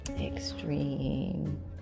Extreme